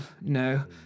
No